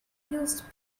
used